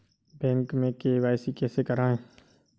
Bank में KYC कैसे करायें?